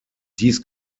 dies